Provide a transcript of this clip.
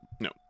No